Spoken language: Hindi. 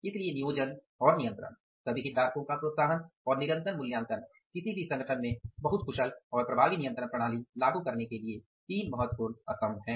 इसलिए नियोजन और नियंत्रण सभी हितधारकों का प्रोत्साहन और निरंतर मूल्यांकन किसी भी संगठन में बहुत कुशल और प्रभावी प्रबंधन नियंत्रण प्रणाली लागू करने के लिए तीन महत्वपूर्ण स्तंभ हैं